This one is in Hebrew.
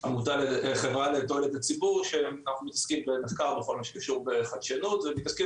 חברה לתועלת הציבור שאנחנו מתעסקים במחקר בכל מה שקשור בחדשנות ומתעסקים